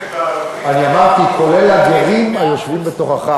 אני אמרתי: כולל הגרים היושבים בתוכך.